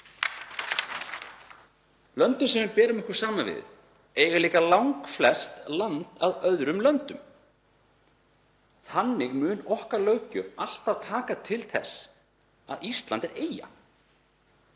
löndin sem við berum okkur saman við eiga líka langflest landamæri að öðrum löndum. Þannig mun okkar löggjöf alltaf taka mið af því að Ísland er eyja.